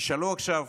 תשאלו עכשיו